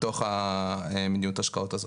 בתוך המדיניות ההשקעות הזו.